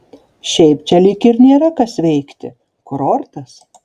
šiaip čia lyg ir nėra kas veikti kurortas